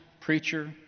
preacher